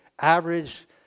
average